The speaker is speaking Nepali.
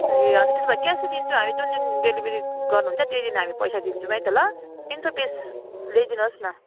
ए हजुर त्यसो भए क्यासै दिन्छु हामी जुन दिन डेलिभेरी गर्नु हुन्छ त्यही दिन हामी पैसा दिन्छौँ है त ल तिन सौ पिस ल्याइदिनुहोस् न